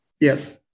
Yes